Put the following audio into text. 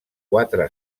quatre